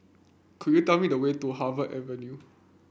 could you tell me the way to Harvey Avenue